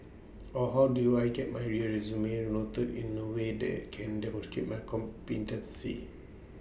or how do I get my resume noted in A way that can demonstrate my competencies